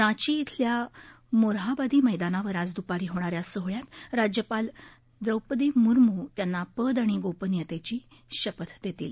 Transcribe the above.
रांची इथल्या मोरहाबादी मैदानावर आज दुपारी होणाऱ्या सोहळ्यात राज्यपाल द्रौपदी मुर्म त्यांना पद आणि गोपनीयतेची शपथ देतील